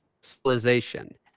civilization